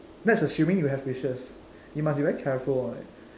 that's assuming you have wishes you must be very careful hor